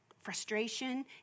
frustration